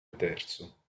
terzo